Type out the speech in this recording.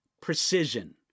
precision